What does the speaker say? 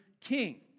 king